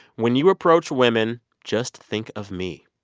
when you approach women, just think of me.